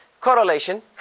Correlation